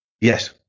Yes